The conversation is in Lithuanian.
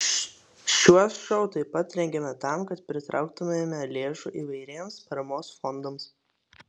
šiuos šou taip pat rengiame tam kad pritrauktumėme lėšų įvairiems paramos fondams